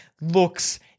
looks